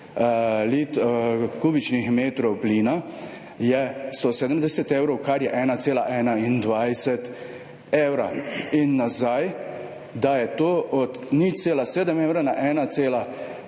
kubičnih metrov plina je 170 evrov, kar je 1,21 evra. In nazaj, da je to od 0,7 evra na 1,21